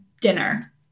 dinner